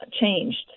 changed